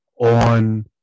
on